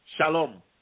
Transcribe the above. Shalom